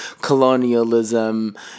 colonialism